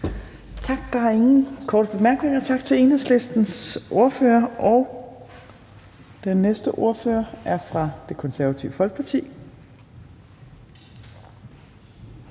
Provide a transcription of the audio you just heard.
Torp): Der er ingen korte bemærkninger, så tak til Enhedslistens ordfører. Den næste ordfører er fra Det Konservative Folkeparti,